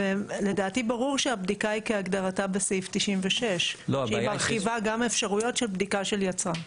ולדעתי ברור שהבדיקה היא כהגדרתה בסעיף 96. שהיא מרחיבה גם אפשרויות של בדיקה של יצרן.